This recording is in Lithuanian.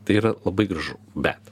tai yra labai gražu bet